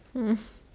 mm